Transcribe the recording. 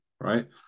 right